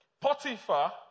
Potiphar